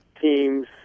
teams